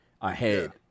ahead